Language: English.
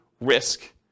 risk